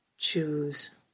Choose